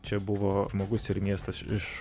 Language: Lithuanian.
čia buvo žmogus ir miestas iš